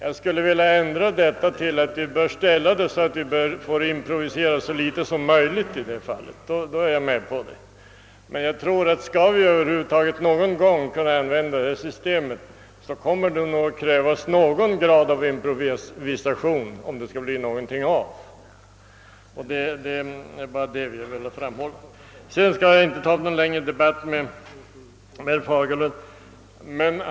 Jag skulle vilja ändra detta och säga att vi bör ordna det så, att vi får improvisera så litet som möjligt. Det kan jag vara med på. Men skall vi över huvud taget någon gång kunna använda detta system, så kommer det nog att kräva någon grad av improvisation. Jag skall inte ta upp någon längre debatt med herr Fagerlund.